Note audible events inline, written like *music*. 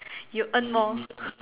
you earn more *breath*